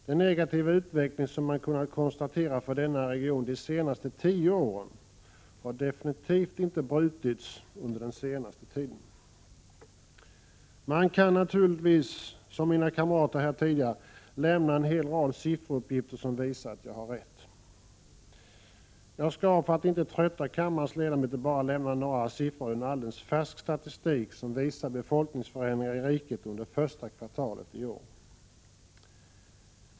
Den negativa utveckling som man kunnat konstatera för denna region under de senaste tio åren har definitivt inte brutits under den senaste tiden. Man kan naturligtvis, som mina kamrater gjort tidigare, lämna en hel rad sifferuppgifter som visar att man har rätt. Jag skall emellertid, för att inte trötta kammarens ledamöter, nämna bara några siffror från en alldeles färsk statistik som visar befolkningsförändringarna i riket under det första kvartalet i år.